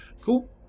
Cool